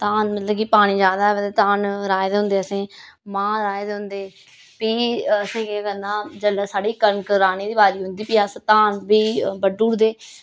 धान मतलब कि पानी ज्यादा होऐ ते धान राऐ दे होंदे असें मांह् राहे दे होंदे फ्ही असें केह् करना जेल्लै साढ़ी कनक राह्ने दी बारी औंदी फ्ही अस धान बी बड्डू उड़दे